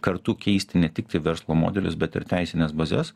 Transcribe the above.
kartu keisti ne tiktai verslo modelius bet ir teisines bazes